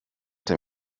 dem